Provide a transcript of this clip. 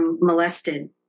molested